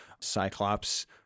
Cyclops